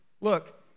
Look